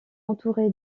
entouré